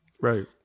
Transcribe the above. Right